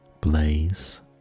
blaze